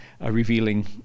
revealing